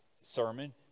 sermon